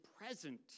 present